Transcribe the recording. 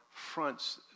fronts